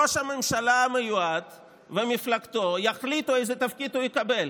ראש הממשלה המיועד ומפלגתו יחליטו איזה תפקיד הוא יקבל.